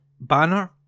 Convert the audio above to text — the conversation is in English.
banner